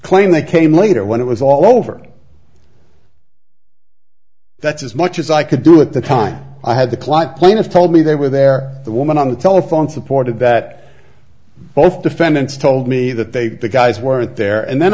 claim they came later when it was all over that's as much as i could do at the time i had the client point of told me they were there the woman on the telephone supported that both defendants told me that they the guys weren't there and then